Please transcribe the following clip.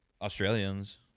Australians